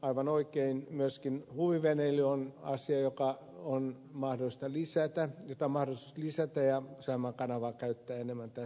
aivan oikein myöskin huviveneily on asia jota on mahdollisuus lisätä ja saimaan kanavaa on mahdollista käyttää enemmän tässä asiassa